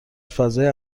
فضای